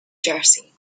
jersey